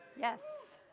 yes.